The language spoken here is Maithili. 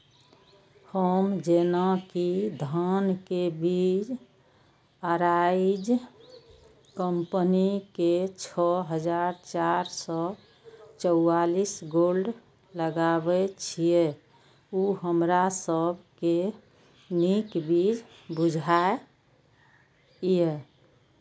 हम जेना कि धान के बीज अराइज कम्पनी के छः हजार चार सौ चव्वालीस गोल्ड लगाबे छीय उ हमरा सब के नीक बीज बुझाय इय?